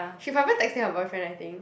she forever texting her boyfriend I think